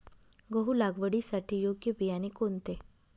गहू लागवडीसाठी योग्य बियाणे कोणते?